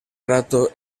rato